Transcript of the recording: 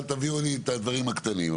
אל תביאו לי את הדברים הקטנים.